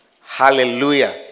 Hallelujah